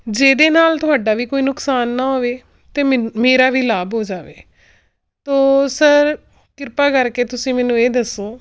ਜਿਹਦੇ ਨਾਲ ਤੁਹਾਡਾ ਵੀ ਕੋਈ ਨੁਕਸਾਨ ਨਾ ਹੋਵੇ ਅਤੇ ਮੈਨੂੰ ਮੇਰਾ ਵੀ ਲਾਭ ਹੋ ਜਾਵੇ ਤਾਂ ਸਰ ਕਿਰਪਾ ਕਰਕੇ ਤੁਸੀਂ ਮੈਨੂੰ ਇਹ ਦੱਸੋ